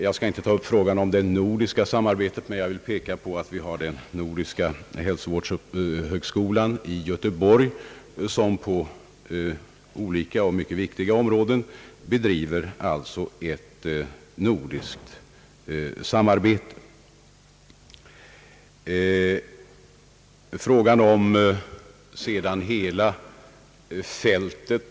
Jag skall inte ta upp frågan om det nordiska samarbetet men vill framhålla att den nordiska hälsovårdshögskolan i Göteborg bedriver ett nordiskt samarbete på olika, mycket viktiga områden.